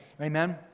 amen